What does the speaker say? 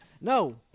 No